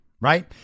right